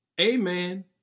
amen